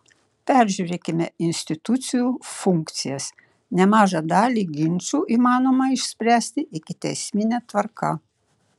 peržiūrėkime institucijų funkcijas nemažą dalį ginčų įmanoma išspręsti ikiteismine tvarka